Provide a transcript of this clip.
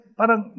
parang